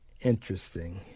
Interesting